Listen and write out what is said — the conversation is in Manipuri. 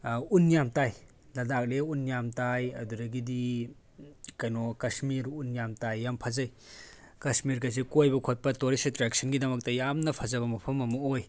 ꯎꯟ ꯌꯥꯝ ꯇꯥꯏ ꯂꯥꯗꯥꯛ ꯂꯦ ꯎꯟ ꯌꯥꯝ ꯇꯥꯏ ꯑꯗꯨꯗꯒꯤꯗꯤ ꯀꯩꯅꯣ ꯀꯁꯃꯤꯔ ꯎꯟ ꯌꯥꯝ ꯇꯥꯏ ꯌꯥꯝ ꯐꯖꯩ ꯀꯁꯃꯤꯔꯒꯁꯦ ꯀꯣꯏꯕ ꯈꯣꯠꯄ ꯇꯨꯔꯤꯁ ꯑꯦꯇ꯭ꯔꯦꯛꯁꯟꯒꯤꯗꯃꯛꯇ ꯌꯥꯝꯅ ꯐꯖꯕ ꯃꯐꯝ ꯑꯃ ꯑꯣꯏ